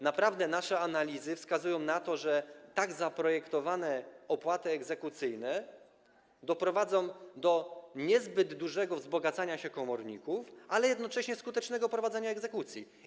Nasze analizy naprawdę wskazują na to, że tak zaprojektowane opłaty egzekucyjne doprowadzą do niezbyt dużego wzbogacenia się komorników, ale jednocześnie do skutecznego prowadzenia egzekucji.